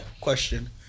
Question